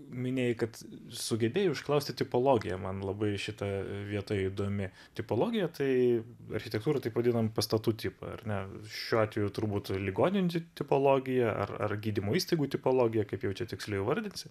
minėjai kad sugebėjai išklausti tipologiją man labai šita vieta įdomi tipologija tai architektūra taip vadinam pastatų tipą ar ne šiuo atveju turbūt ligoninių tipologiją ar gydymo įstaigų tipologija kaip jaučia tiksliai įvardinsi